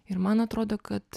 ir man atrodo kad